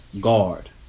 guard